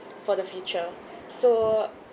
for the future so